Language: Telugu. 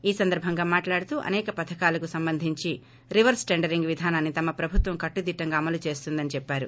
ఈ సందర్బంగా మాట్లాడుతూ అనేక పథకాలకు సంబంధించి రివర్స్ టెండరింగ్ విధానాన్ని తమ ప్రభుత్వం కట్టుదిట్లంగా అమలు చేస్తుందని చెప్పారు